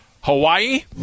hawaii